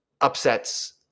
upsets